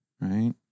right